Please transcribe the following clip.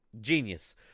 Genius